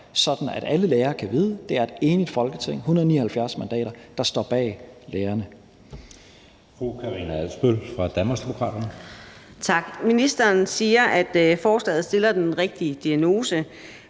at alle lærere kan vide, at det er et enigt Folketing, 179 mandater, der står bag lærerne.